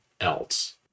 else